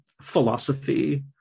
philosophy